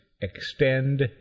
Extend